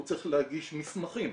הוא צריך להגיש מסמכים,